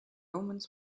omens